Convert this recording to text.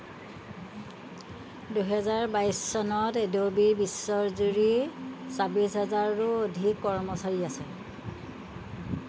দুহেজাৰ বাইছ চনত এড'বিৰ বিশ্বজুৰি ছাব্বিছ হাজাৰৰো অধিক কৰ্মচাৰী আছে